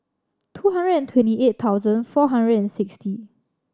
two hundred and twenty eight thousand four hundred and sixty